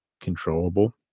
controllable